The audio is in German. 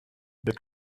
der